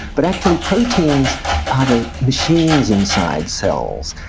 but actually proteins are the machines inside cells,